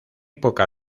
poca